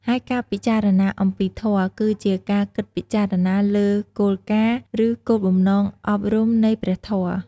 ហើយការពិចារណាអំពីធម៌ គឺជាការគិតពិចារណាលើគោលការណ៍ ឬគោលបំណងអប់រំនៃព្រះធម៌។